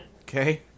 Okay